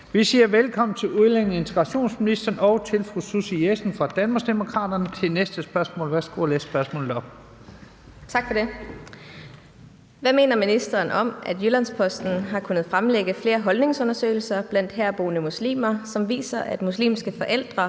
Vi siger velkommen til udlændinge- og integrationsministeren og til fru Susie Jessen fra Danmarksdemokraterne til næste spørgsmål. Kl. 13:43 Spm. nr. S 206 (omtrykt) 7) Til udlændinge- og integrationsministeren af: Susie Jessen (DD): Hvad mener ministeren om, at Jyllands-Posten har kunnet fremlægge flere holdningsundersøgelser blandt herboende muslimer, som viser, at muslimske forældre